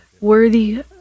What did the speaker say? worthy